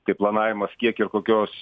tai planavimas kiek ir kokios